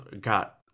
got